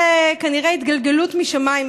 כנראה התגלגלות משמיים,